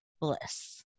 bliss